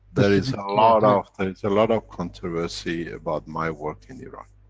there is a lot of, there is a lot of controversy, about my work in iran.